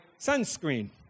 sunscreen